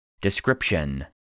Description